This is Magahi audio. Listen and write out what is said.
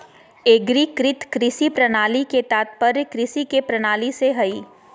एग्रीकृत कृषि प्रणाली के तात्पर्य कृषि के प्रणाली से हइ